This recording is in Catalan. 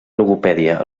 logopèdia